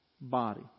body